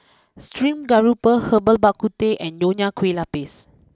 stream grouper Herbal Bak Ku Teh and Nonya Kueh Lapis